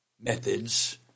methods